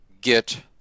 get